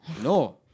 No